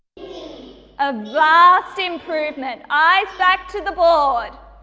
a ah vast improvement. eyes back to the board.